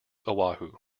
oahu